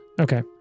Okay